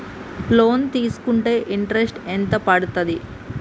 Loan తీస్కుంటే interest ఎంత పడ్తది?